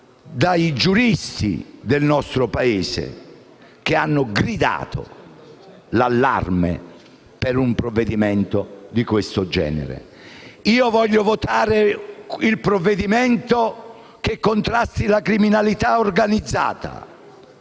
dai giuristi del nostro Paese che hanno lanciato l'allarme per un provvedimento di questo genere. Io voglio votare un provvedimento che contrasti la criminalità organizzata.